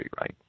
right